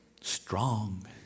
strong